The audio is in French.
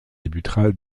débutera